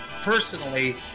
personally